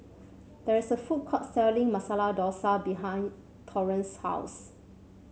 there is a food court selling Masala Dosa behind Torrence's house